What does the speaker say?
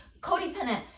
codependent